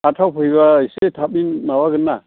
आठथायाव फैब्ला इसे थाबै माबागोन ना